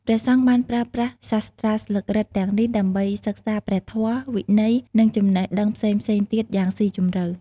ព្រះសង្ឃបានប្រើប្រាស់សាស្រ្តាស្លឹករឹតទាំងនេះដើម្បីសិក្សាព្រះធម៌ វិន័យ និងចំណេះដឹងផ្សេងៗទៀតយ៉ាងស៊ីជម្រៅ។